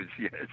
Yes